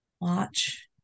watch